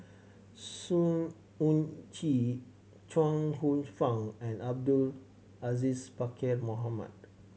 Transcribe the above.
Sng Choon Yee Chuang Hsueh Fang and Abdul Aziz Pakkeer Mohamed